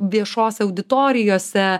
viešose auditorijose